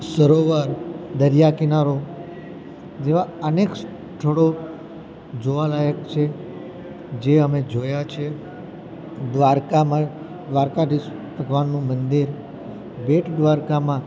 સરોવર દરિયા કિનારો જેવાં અનેક સ્થળો જોવાલાયક છે જે અમે જોયા છે દ્વારકામાં દ્વારકાધીશ ભગવાનનું મંદિર બેટ દ્વારકામાં